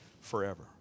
forever